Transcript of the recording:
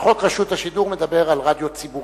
וחוק רשות השידור מדבר על רדיו ציבורי.